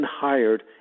hired